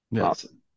Awesome